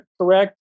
correct